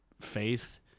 faith